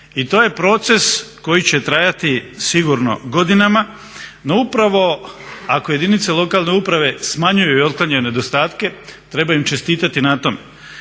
i to je proces koji će trajati sigurno godinama. No, upravo ako jedinice lokalne uprave smanjuju i otklonjene nedostatke treba im čestitati na tome.